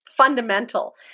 Fundamental